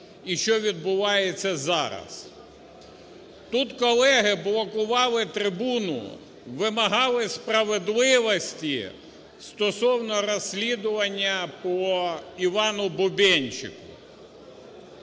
і що відбувається зараз. Тут колеги блокували трибуну, вимагали справедливості стосовно розслідування по Івану Бубенчику.